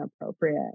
appropriate